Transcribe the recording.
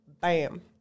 Bam